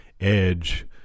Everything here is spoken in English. Edge